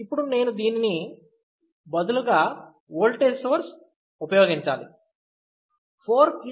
ఇప్పుడు నేను దీని 4 kΩ బదులుగా ఓల్టేజ్ సోర్స్ ఉపయోగించాలి